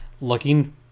looking